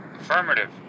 Affirmative